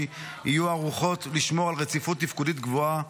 יהיו ערוכות לשמור על רציפות תפקודית גבוהה,